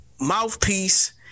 Mouthpiece